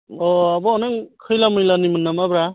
अ आब' नों खैला मैलानिमोन नामाब्रा